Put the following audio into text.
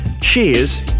cheers